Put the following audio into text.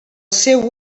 seu